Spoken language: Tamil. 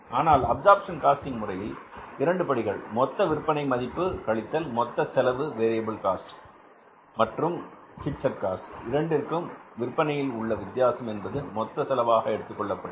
ஆனால் அப்சர்ப்ஷன் காஸ்டிங் முறையில் இரண்டு படிகள் மொத்த விற்பனை மதிப்பு கழித்தல் மொத்த செலவு வேரியபில் காஸ்ட் மற்றும் பிக்ஸட் காஸ்ட் இரண்டிற்கும் விற்பனையின் உள்ள வித்தியாசம் என்பது மொத்த செலவாக எடுத்துக்கொள்ளப்பட்டது